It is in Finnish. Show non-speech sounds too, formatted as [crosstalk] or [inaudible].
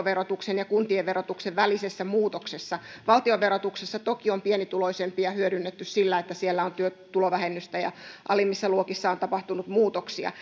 [unintelligible] verotuksen ja kuntien verotuksen välisessä muutoksessa valtion verotuksessa toki on pienituloisempia hyödytetty sillä että siellä on työtulovähennystä ja alimmissa luokissa on tapahtunut muutoksia [unintelligible]